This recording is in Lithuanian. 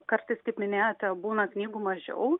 kartais kaip minėjote būna knygų mažiau